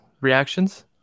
reactions